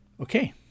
Okay